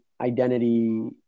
identity